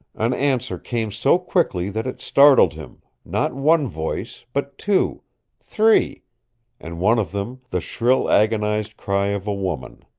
an answer came so quickly that it startled him, not one voice, but two three and one of them the shrill agonized cry of a woman.